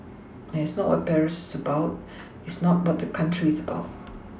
and it's not what Paris is about it's not what that country is about